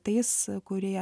tais kurie